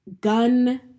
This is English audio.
gun